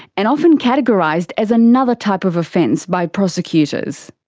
and often categorised as another type of offence by prosecutors.